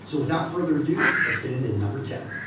so without further ado let's get into number ten.